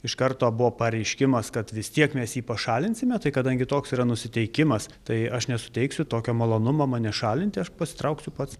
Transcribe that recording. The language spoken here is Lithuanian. iš karto buvo pareiškimas kad vis tiek mes jį pašalinsime tai kadangi toks yra nusiteikimas tai aš nesuteiksiu tokio malonumo mane šalinti aš pasitrauksiu pats